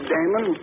Damon